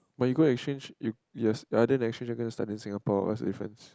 but you go exchange you you your other nation are gonna start in Singapore what's the difference